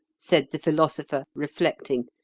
said the philosopher, reflecting,